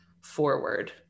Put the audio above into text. forward